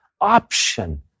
option